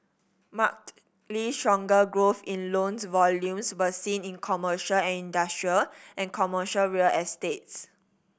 markedly stronger growth in loans volumes was seen in commercial and industrial and commercial real estates